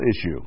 issue